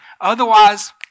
otherwise